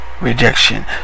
Rejection